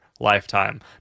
lifetime